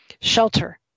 Shelter